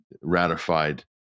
ratified